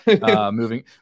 moving